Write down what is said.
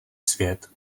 svět